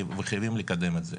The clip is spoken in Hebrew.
וחייבים לקדם את זה.